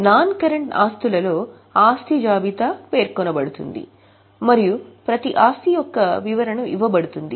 non current ఆస్తులలో ఆస్తి జాబితా పేర్కొనబడుతుంది మరియు ప్రతి ఆస్తి యొక్క వివరణ ఇవ్వబడుతుంది